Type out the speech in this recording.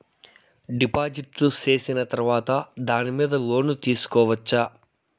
డిపాజిట్లు సేసిన తర్వాత దాని మీద లోను తీసుకోవచ్చా?